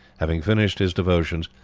having finished his devotions,